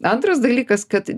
antras dalykas kad